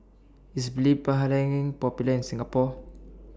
IS Popular in Singapore